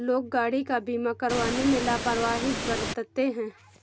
लोग गाड़ी का बीमा करवाने में लापरवाही बरतते हैं